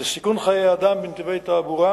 לסיכון חיי אדם בנתיבי תעבורה,